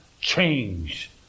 change